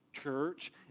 church